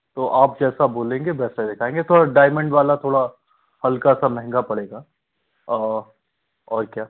तो आप जैसा बोलेंगे वैसा दिखाएंगे थोड़ा डाइमंड वाला थोड़ा हल्का सा महंगा पड़ेगा और और क्या